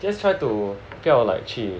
just try to 不要 like 去